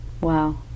Wow